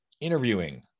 interviewing